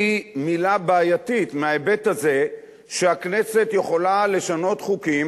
כאן היא מלה בעייתית מההיבט הזה שהכנסת יכולה לשנות חוקים